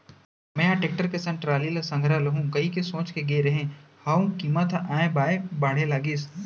मेंहा टेक्टर के संग टराली ल संघरा लुहूं कहिके सोच के गे रेहे हंव कीमत ह ऑय बॉय बाढ़े लगिस